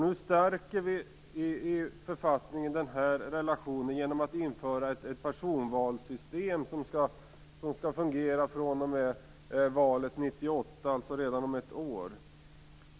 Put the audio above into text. Nu stärks denna relation i författningen genom att ett personvalssystem införs som skall fungera från valet 1998 - redan om ett år.